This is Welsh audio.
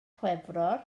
chwefror